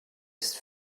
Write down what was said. ist